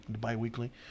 bi-weekly